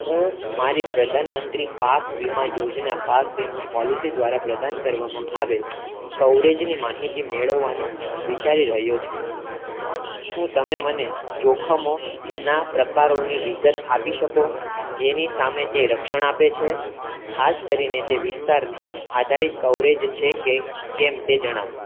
હું મારી પ્રધાનમંત્રી પાક વીમા યોજના પાક વીમા પોલિસી દ્વારા પ્રદાન કરવામાં આવેલ કવરેજની માહિતી મેળવવાનું વિચારી રહ્યો છું શું તમે મને જોખમોના પ્રકારોની વિગત આપી શકો જેની સામે તે રક્ષણ આપે છે ખાસ કરીને તે વિસ્તાર આધારિત કવરેજ છે કે કેમ તે જણાવો